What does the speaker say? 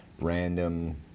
random